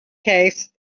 case